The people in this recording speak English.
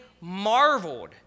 marveled